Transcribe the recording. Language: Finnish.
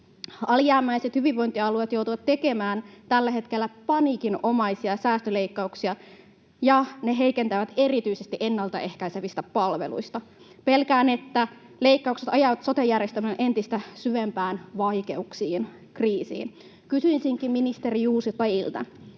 Alijäämäiset hyvinvointialueet joutuvat tekemään tällä hetkellä paniikinomaisia säästöleikkauksia, ja ne heikentävät erityisesti ennaltaehkäiseviä palveluita. Pelkään, että leikkaukset ajavat soten järjestämisen entistä syvempiin vaikeuksiin, kriisiin. Kysyisinkin, ministeri Juuso,